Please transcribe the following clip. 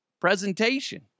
presentation